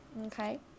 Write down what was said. Okay